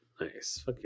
Nice